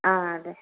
ആ അതെ